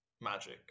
magic